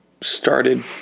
started